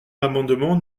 l’amendement